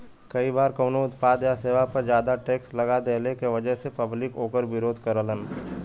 कई बार कउनो उत्पाद या सेवा पर जादा टैक्स लगा देहले क वजह से पब्लिक वोकर विरोध करलन